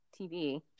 TV